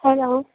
hello